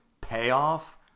payoff